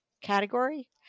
category